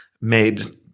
made